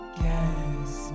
guess